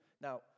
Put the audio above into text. Now